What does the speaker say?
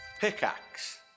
Pickaxe